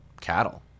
cattle